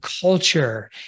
culture